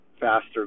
faster